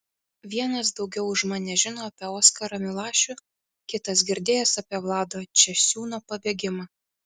vienas daugiau už mane žino apie oskarą milašių kitas girdėjęs apie vlado česiūno pabėgimą